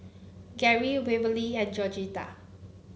Geary Waverly and Georgetta